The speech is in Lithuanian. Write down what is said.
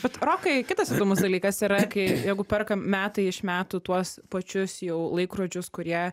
bet rokai kitas įdomus dalykas yra kai jeigu perka metai iš metų tuos pačius jau laikrodžius kurie